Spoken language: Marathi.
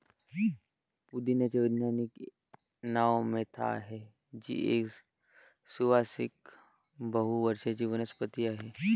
पुदिन्याचे वैज्ञानिक नाव मेंथा आहे, जी एक सुवासिक बहु वर्षाची वनस्पती आहे